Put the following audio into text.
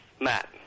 Matt